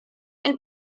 and